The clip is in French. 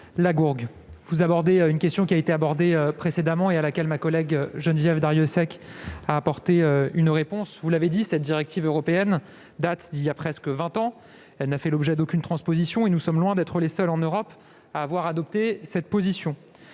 Lagourgue, vous revenez sur une question qui a été posée précédemment et à laquelle ma collègue Geneviève Darrieussecq a apporté une réponse. Vous l'avez dit : cette directive européenne date de voilà presque vingt ans. Elle n'a fait l'objet d'aucune transposition et la France est loin d'être le seul pays en Europe à avoir adopté cette position.